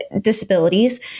disabilities